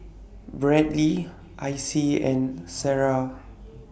Bradly Icy and Sarrah